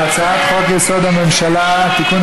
על הצעת חוק-יסוד: הממשלה (תיקון,